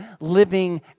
living